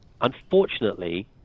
Unfortunately